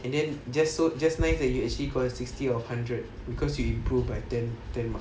and then just so just nice that you actually scores sixty out of hundred because you improved by ten ten mark